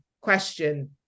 question